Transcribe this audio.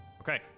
Okay